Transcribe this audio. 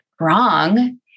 wrong